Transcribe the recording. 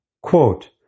Quote